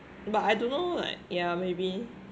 but I don't know like yeah maybe